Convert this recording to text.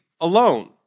alone